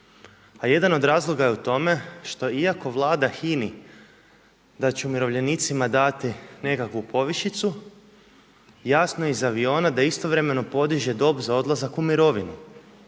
A jedan od razloga je u tome što iako Vlada hini da će umirovljenicima dati nekakvu povišicu, jasno je iz aviona da istovremeno podiže dob za odlazak u mirovinu.